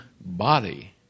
body